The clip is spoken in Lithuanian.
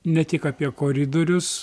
ne tik apie koridorius